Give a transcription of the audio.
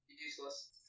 useless